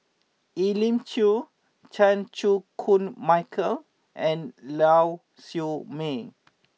Elim Chew Chan Chew Koon Michael and Lau Siew Mei